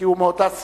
כי הוא מאותה סיעה,